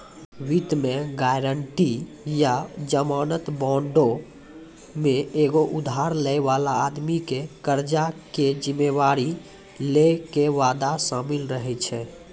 वित्त मे गायरंटी या जमानत बांडो मे एगो उधार लै बाला आदमी के कर्जा के जिम्मेदारी लै के वादा शामिल रहै छै